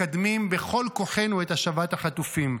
מקדמים בכל כוחנו את השבת החטופים.